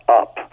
up